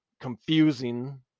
confusing